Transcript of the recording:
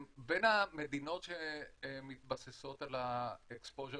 בין המדינות שמתבססות על Exposure